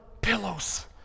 pillows